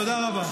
תודה רבה.